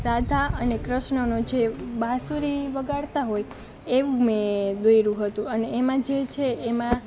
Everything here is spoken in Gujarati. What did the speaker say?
રાધા અને કૃષ્ણનો જે બાંસુરી વગાડતા હોય એવું મેં દોર્યુંં હતું અને એમાં જે છે એમાં